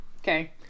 Okay